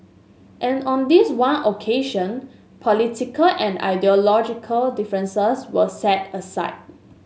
and on this one occasion political and ideological differences were set aside